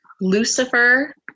Lucifer